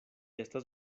estas